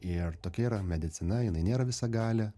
ir tokia yra medicina jinai nėra visagalė